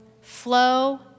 flow